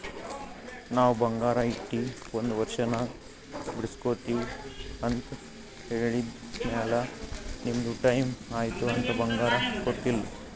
ನಾವ್ ಬಂಗಾರ ಇಟ್ಟಿ ಒಂದ್ ವರ್ಷನಾಗ್ ಬಿಡುಸ್ಗೊತ್ತಿವ್ ಅಂತ್ ಹೇಳಿದ್ರ್ ಆಮ್ಯಾಲ ನಿಮ್ದು ಟೈಮ್ ಐಯ್ತ್ ಅಂತ್ ಬಂಗಾರ ಕೊಟ್ಟೀಲ್ಲ್